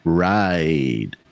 ride